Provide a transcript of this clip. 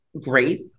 great